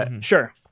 Sure